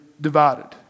divided